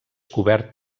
cobert